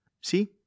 See